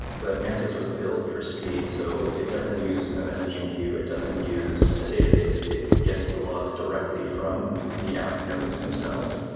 but mantis was built for speed so it doesn't use a messaging queue, it doesn't use a database. it gets the logs directly from the app nodes themselves.